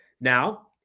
Now